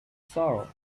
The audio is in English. sorrow